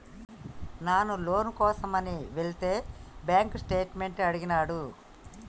నాను లోను కోసమని ఎలితే బాంక్ స్టేట్మెంట్ అడిగినాడు